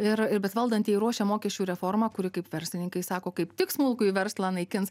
ir ir bet valdantieji ruošia mokesčių reformą kuri kaip verslininkai sako kaip tik smulkųjį verslą naikinti